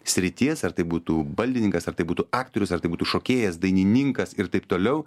srities ar tai būtų baldininkas ar tai būtų aktorius ar tai būtų šokėjas dainininkas ir taip toliau